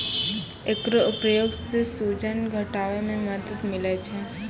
एकरो प्रयोग सें सूजन घटावै म मदद मिलै छै